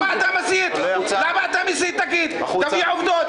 למה אתה מסית תביא עובדות.